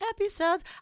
episodes